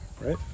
right